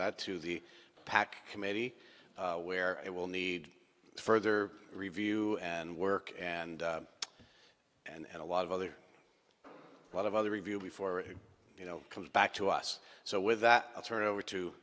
that to the pack committee where it will need further review and work and and a lot of other a lot of other review before you know comes back to us so with that i'll turn it over to